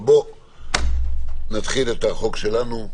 בואו נתחיל את החוק שלנו.